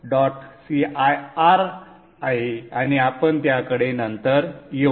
cir आहे आणि आपण त्याकडे नंतर येऊ